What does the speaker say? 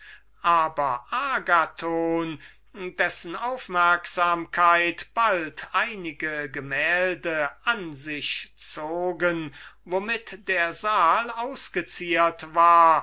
aber agathon dessen aufmerksamkeit bald durch einige gemälde angezogen wurde womit der saal ausgeziert war